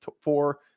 four